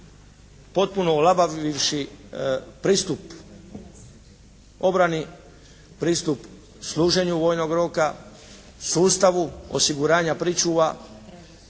potpuno olabavivši pristup obrani, pristup služenju vojnog roka, sustavu osiguranja pričuva,